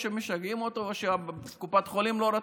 או שמשגעים אותו או שקופת החולים לא רוצה,